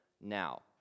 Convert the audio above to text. now